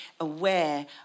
aware